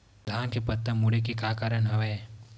धान के पत्ता मुड़े के का कारण हवय?